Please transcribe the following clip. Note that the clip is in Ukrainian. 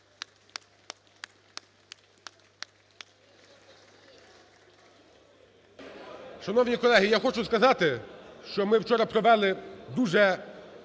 Шановні колеги, я хочу сказати, що ми вчора провели дуже